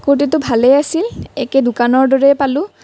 কুৰ্টীটো ভালেই আছিল একেই দোকানৰ দৰে পালোঁ